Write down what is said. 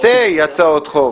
שתי הצעות חוק.